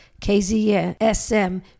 KZSM